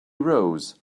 rose